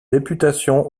députation